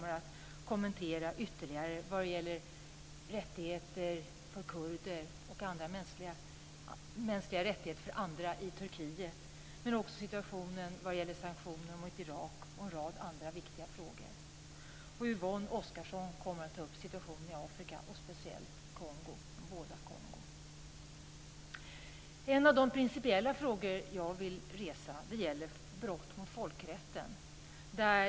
Murad Artin kommer att ytterligare kommentera rättigheter för kurder och mänskliga rättigheter för andra i Turkiet, men också sanktionerna mot Irak och en rad andra viktiga frågor. Yvonne Oscarsson kommer att ta upp situationen i Afrika och speciellt i de båda Kongo. En av de principiella frågor jag vill resa gäller brott mot folkrätten.